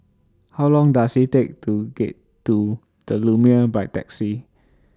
How Long Does IT Take to get to The Lumiere By Taxi